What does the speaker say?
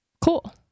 cool